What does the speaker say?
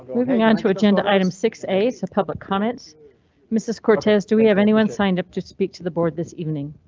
moving on to agenda item sixty eight so public comments mrs cortez do we have anyone signed up to speak to the board this evening?